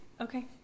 Okay